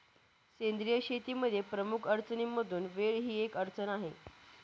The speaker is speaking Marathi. सेंद्रिय शेतीमध्ये प्रमुख अडचणींमधून वेळ ही एक अडचण आहे